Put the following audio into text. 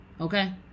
Okay